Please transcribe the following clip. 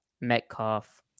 Metcalf